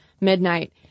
midnight